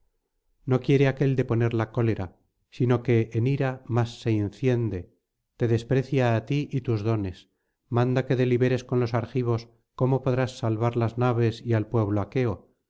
no quiere aquél deponer la cólera sino que en ira más se enciende te desprecia á ti y tus dones manda que deliberes con los argivos cómo podrás salvar las naves y al pueblo aqueo